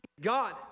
God